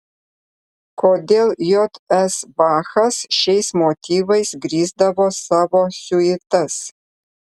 kodėl j s bachas šiais motyvais grįsdavo savo siuitas